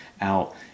out